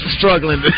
struggling